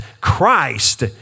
Christ